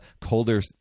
colder